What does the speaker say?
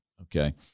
Okay